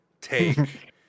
take